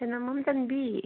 ꯆꯅꯝꯕꯝ ꯆꯟꯕꯤ